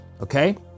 okay